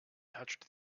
touched